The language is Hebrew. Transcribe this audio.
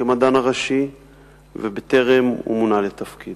כמדען הראשי ובטרם מונה לתפקיד,